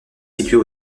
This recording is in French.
située